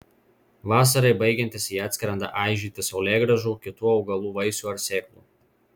vasarai baigiantis jie atskrenda aižyti saulėgrąžų kitų augalų vaisių ar sėklų